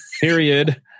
Period